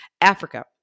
Africa